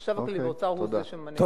החשב הכללי באוצר הוא שממנה חשבים.